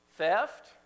Theft